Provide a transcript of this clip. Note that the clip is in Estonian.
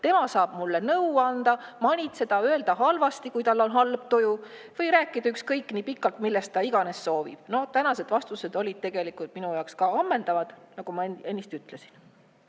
Tema saab mulle nõu anda, mind manitseda, öelda halvasti, kui tal on halb tuju, või rääkida ükskõik kui pikalt, millest iganes ta soovib. Tänased vastused olid tegelikult minu jaoks ammendavad, nagu ma ennist ütlesin.